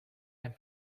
and